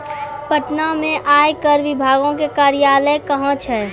पटना मे आयकर विभागो के कार्यालय कहां छै?